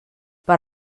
per